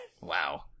Wow